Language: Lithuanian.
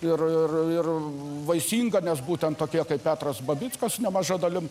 ir ir ir vaisinga nes būtent tokie kaip petras babickas nemaža dalim